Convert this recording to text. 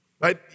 Right